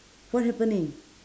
what happening